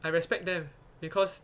I respect them because